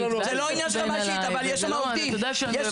אל תתעצבן עליי, אתה יודע שאני אוהבת אותך.